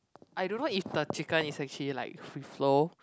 I don't know if the chicken is actually like free flow